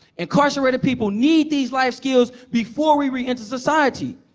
incarcerated people need these life skills before we reenter society.